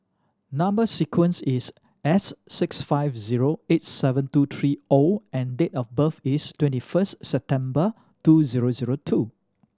number sequence is S six five zero eight seven two three O and date of birth is twenty first September two zero zero two